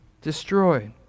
destroyed